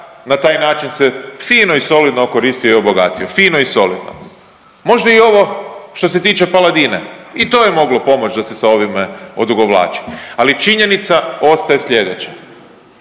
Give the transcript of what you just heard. na taj način se fino i solidno okoristio i obogatio, fino i solidno. Možda i ovo što se tiče Paladina i to je moglo pomoći da se sa ovime odugovlači. Ali činjenica ostaje sljedeća.